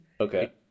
Okay